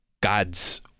God's